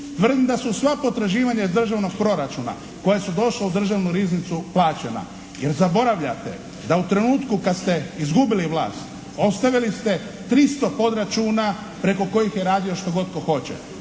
Tvrdim da su sva potraživanja iz državnog proračuna koja su došla u državnu riznicu plaćena. Jer zaboravljate da u trenutku kad ste izgubili vlast, ostavili ste 300 podračuna preko kojih je radio što god tko hoće.